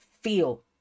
feel